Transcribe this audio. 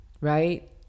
right